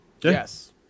Yes